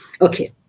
Okay